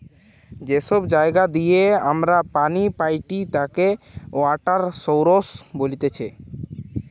যে সব জায়গা দিয়ে আমরা পানি পাইটি তাকে ওয়াটার সৌরস বলতিছে